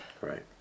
Right